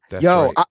Yo